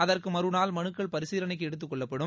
அதற்கு மறுநாள் மனுக்கள் பரிசீலனைக்கு எடுத்துக் கொள்ளப்படும்